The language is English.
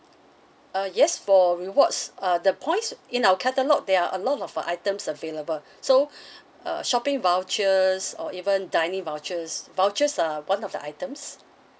uh yes for rewards uh the points in our catalogue there are a lot of items available so uh shopping vouchers or even dining vouchers vouchers are one of the items